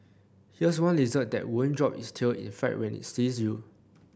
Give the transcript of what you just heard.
here's one lizard that won't drop its tail in fright when it sees you